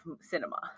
cinema